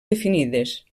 definides